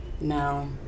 No